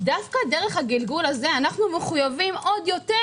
דווקא דרך הגלגול הזה אנחנו מחויבים עוד יותר